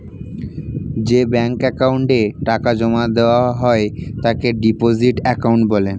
যে ব্যাঙ্ক অ্যাকাউন্টে টাকা জমা দেওয়া হয় তাকে ডিপোজিট অ্যাকাউন্ট বলে